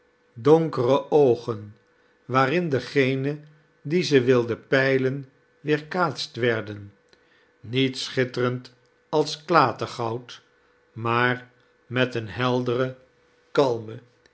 donkere oogen waarin degene die ze wilden peiitan weeirkaatst werden niet schitterend als klatergoud maar met een helderen kalmen